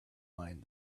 mind